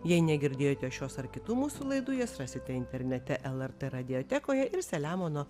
jei negirdėjote šios ar kitų mūsų laidų jas rasite internete lrt radijotekoje ir saliamono